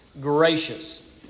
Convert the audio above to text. gracious